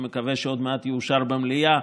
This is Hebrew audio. ואני מקווה שעוד מעט יאושר במליאה,